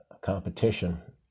competition